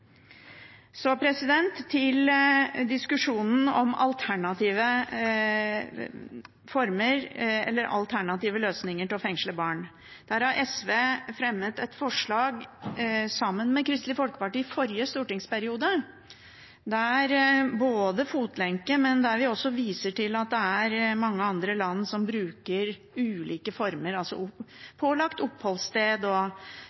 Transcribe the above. Så til diskusjonen om alternative løsninger til det å fengsle barn. SV fremmet i forrige stortingsperiode et forslag sammen med Kristelig Folkeparti og Venstre der vi viste til både fotlenke og til at det er mange andre land som bruker ulike former, som pålagt oppholdssted og